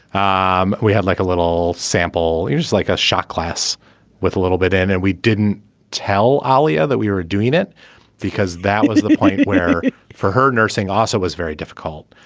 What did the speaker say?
um we had like a little sample it was like a shot glass with a little bit in and we didn't tell ah alia that we were doing it because that was the point where for her nursing also was very difficult.